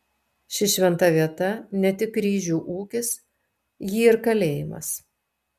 ši šventa vieta ne tik ryžių ūkis ji ir kalėjimas